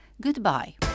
Goodbye